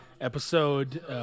episode